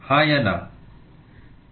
हाँ या ना